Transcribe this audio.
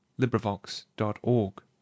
LibriVox.org